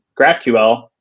GraphQL